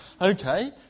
Okay